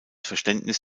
verständnis